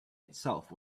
itself